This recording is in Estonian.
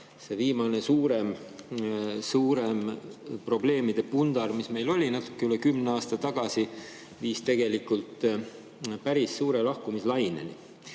See viimane suurem probleemide pundar, mis meil oli natuke üle 10 aasta tagasi viis tegelikult päris suure lahkumislaineni.